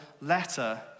letter